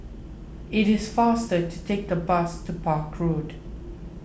it is faster to take the bus to Park Road